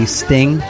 sting